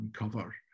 uncover